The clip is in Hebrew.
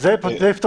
תציע